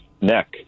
neck